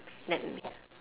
let me